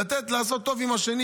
לתת, לעשות טוב לאחר.